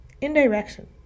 Indirection